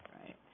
Right